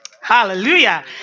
Hallelujah